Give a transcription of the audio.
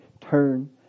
turn